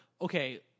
Okay